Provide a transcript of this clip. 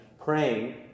praying